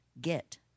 get